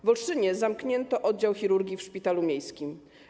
W Olsztynie zamknięto oddział chirurgii w szpitalu miejskim.